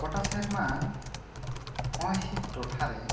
ᱜᱚᱴᱟ ᱥᱮᱨᱢᱟ ᱦᱚᱭ ᱦᱤᱥᱤᱫ ᱴᱚᱴᱷᱟ ᱨᱮ